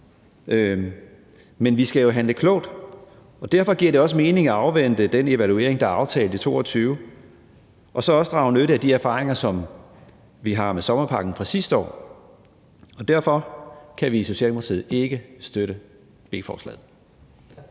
men vi skal jo handle klogt, og derfor giver det også mening at afvente den evaluering, der er aftalt i 2022, og så også drage nytte af de erfaringer, som vi har med sommerpakken fra sidste år. Derfor kan vi i Socialdemokratiet ikke støtte beslutningsforslaget.